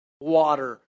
Water